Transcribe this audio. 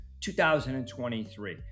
2023